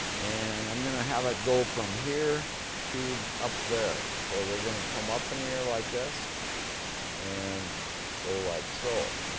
and i'm gonna have it go from here to up there. so we're gonna come up in the air like this and go like so.